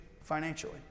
financially